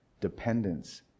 dependence